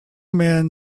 men